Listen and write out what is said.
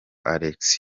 alexis